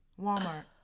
Walmart